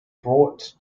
brought